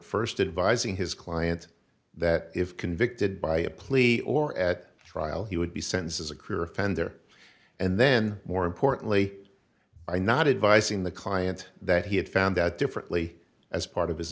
st advising his client that if convicted by a plea or at trial he would be sends a clear offender and then more importantly i not advising the client that he had found out differently as part of his